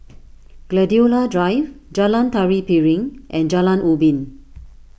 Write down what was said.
Gladiola Drive Jalan Tari Piring and Jalan Ubin